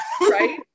Right